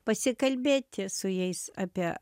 pasikalbėti su jais apie